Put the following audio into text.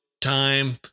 time